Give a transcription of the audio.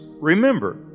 remember